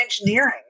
engineering